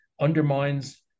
undermines